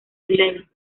leigh